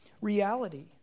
reality